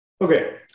Okay